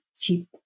keep